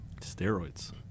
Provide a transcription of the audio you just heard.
Steroids